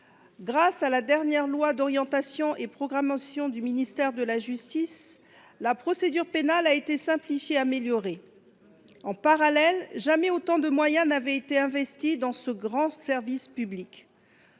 Grâce à la dernière loi d’orientation et de programmation du ministère de la justice, la procédure pénale a été simplifiée et améliorée. En parallèle, jamais autant de moyens n’avaient été investis dans ce grand service public.